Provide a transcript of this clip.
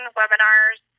webinars